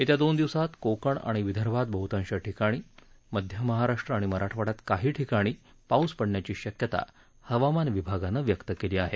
येत्या दोन दिवसात कोकण आणि विदर्भात बहतांश ठिकाणी मध्य महाराष्ट्र आणि मराठवाङ्यात काही ठिकाणी पाऊस पडण्याची शक्यता हवामान विभागानं व्यक्त केली आहे